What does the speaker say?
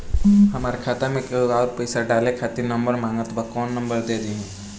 हमार खाता मे केहु आउर पैसा डाले खातिर नंबर मांगत् बा कौन नंबर दे दिही?